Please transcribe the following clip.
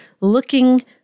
looking